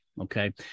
Okay